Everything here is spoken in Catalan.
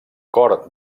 cor